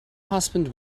husband